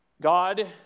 God